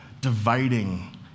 dividing